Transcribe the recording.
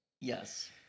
Yes